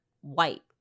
white